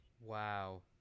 Wow